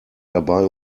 dabei